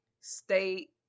state